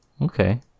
okay